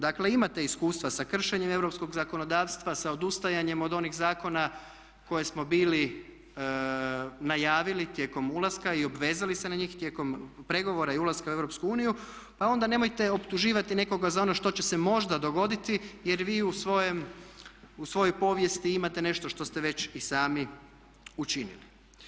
Dakle imate iskustva sa kršenjem europskog zakonodavstva, sa odustajanjem od onih zakona koje smo bili najavili tijekom ulaska i obvezali se na njih tijekom pregovora i ulaska u Europsku uniju pa onda nemojte optuživati nekoga za ono što će se možda dogoditi jer vi u svojoj povijesti imate nešto što ste već i sami učinili.